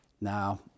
now